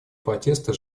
протеста